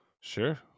Sure